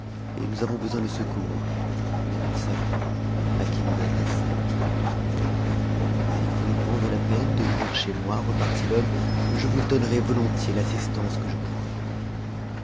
et nous avons besoin de secours mais nous ne savons à qui nous adresser si vous voulez prendre la peine de venir chez moi repartit l'homme je vous donnerai volontiers l'assistance que je pourrai